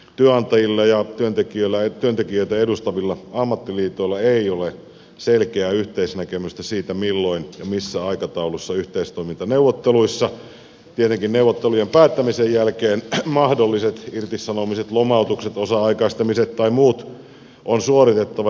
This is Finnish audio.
työnantajilla ja työntekijöitä edustavilla ammattiliitoilla ei ole selkeää yhteisnäkemystä siitä milloin ja missä aikataulussa yhteistoimintaneuvotteluissa tietenkin neuvottelujen päättämisen jälkeen mahdolliset irtisanomiset lomautukset osa aikaistamiset tai muut on suoritettava ja laitettava käytäntöön